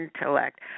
intellect